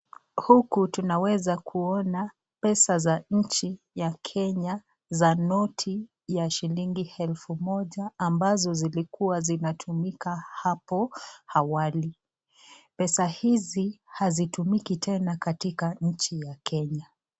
Huku tunaweza kuona pesa za nchi ya Kenya za noti ya shilingi elfu moja ambazo zilikuwa zinatumika hapo awali. Pesa hizi hazitumiki tena katika nchi ya Kenya.